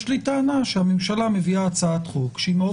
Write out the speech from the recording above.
יש לי טענה שהממשלה מביאה הצעת חוק שהיא מאוד